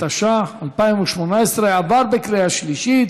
התשע"ח 2018,